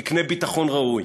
יקנה ביטחון ראוי.